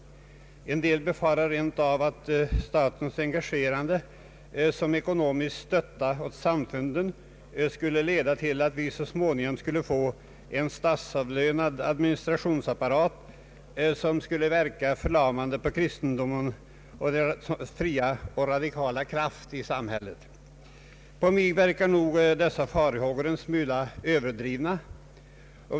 En del befarar rent av att statens engagerande såsom ekonomisk stötta åt samfunden skulle leda till att vi så småningom fick en statsavlönad administrationsapparat, som skulle verka förlamande på kristendomens fria och radikala kraft i samhället. På mig verkar nog dessa farhågor en smula överdrivna.